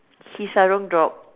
his sarong drop